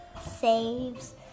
saves